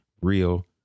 real